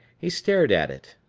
he stared at it.